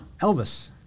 Elvis